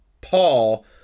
Paul